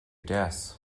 deas